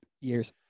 years